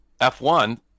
F1